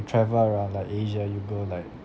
travel around like asia you go like